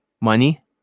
money